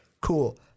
Cool